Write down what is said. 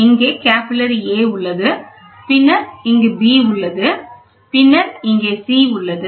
இது capillary A உள்ளது பின்னர் உங்களிடம் B உள்ளது பின்னர் உங்களிடம் C உள்ளது